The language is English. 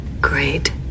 great